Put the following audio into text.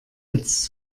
jetzt